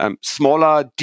smaller